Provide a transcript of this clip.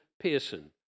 Pearson